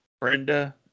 Brenda